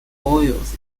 oils